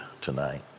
tonight